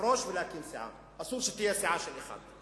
לפרוש ולהקים סיעה, אסור שתהיה סיעה של אחד,